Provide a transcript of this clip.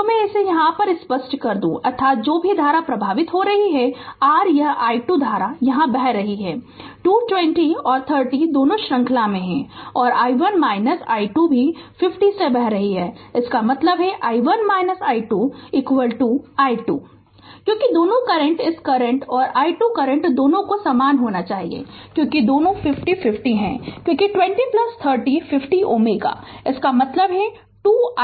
तो मैं इसे साफ़ कर दूं अर्थात जो भी धारा प्रवाहित हो रही है r यह i2 धारा यहां बह रही है 2 20 और 30 दोनों श्रृंखला में हैं और i1 i2 भी 50 से बह रही है इसका मतलब है i1 i2 i2 Refer Slide Time 1252 क्योंकि दोनों करंट इस करंट और i2 करंट दोनों को समान होना चाहिए क्योंकि दोनों 50 50 हैं क्योंकि2030 50 Ω इसका मतलब है 2 i2 r i1